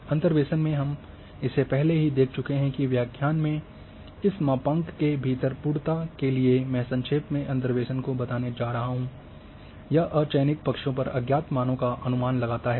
अंतर्वेसन में हम इसे पहले ही देख चुके हैं कि व्याख्यान के इस मपाँक के भीतर पूर्णता के लिए मैं संक्षेप में अंतर्वेसन को बताने जा रहा हूं कि यह अचयनित पक्षों पर अज्ञात मानों का अनुमान लगाता है